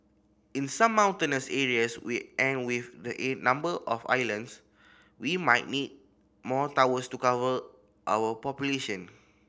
in some mountainous areas with and with the number of islands we might need more towers to cover our population